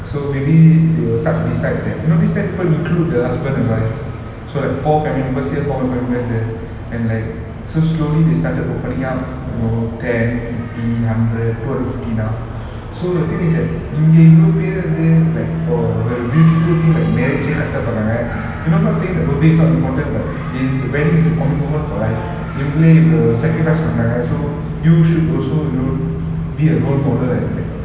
so maybe they will start to decide that you know these ten people include the husband and wife so like four family members here four family members there and like so slowly they started opening up you know ten fifty hundred two hundred fifty now so the thing is that இங்க இவ்ளோ பேரு வந்து:inga ivlo peru vanthu like for the beautiful thing like marriage யே கஷ்ட படுறாங்க:ye kasta paduranga you know not saying that like birthdays aren't important but it is a wedding it's an for life இவங்களே இவ்ளோ:ivangale ivlo sacrifice பன்றாங்க:panranga so you should also you know be a good role model and like